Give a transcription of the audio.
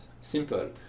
Simple